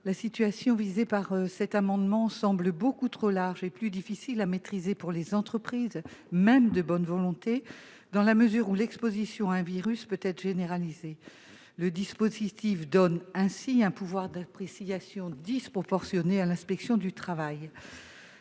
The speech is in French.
identiques visent des situations beaucoup trop larges et trop difficiles à maîtriser pour les entreprises, même celles qui sont de bonne volonté, dans la mesure où l'exposition à un virus peut être généralisée. Le dispositif donne ainsi un pouvoir d'appréciation disproportionné à l'inspection du travail.